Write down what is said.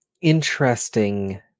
interesting